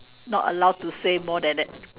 not allowed to say more than that